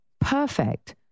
perfect